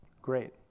great